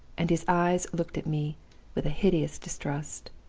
and his eyes looked at me with a hideous distrust.